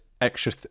extra